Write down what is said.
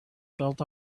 built